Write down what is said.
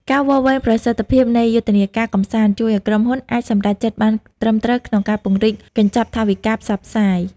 ការវាស់វែងប្រសិទ្ធភាពនៃយុទ្ធនាការកម្សាន្ត ជួយឱ្យក្រុមហ៊ុនអាចសម្រេចចិត្តបានត្រឹមត្រូវក្នុងការពង្រីកកញ្ចប់ថវិកាផ្សព្វផ្សាយ។